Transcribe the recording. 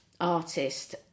artist